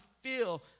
feel